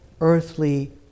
earthly